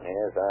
Yes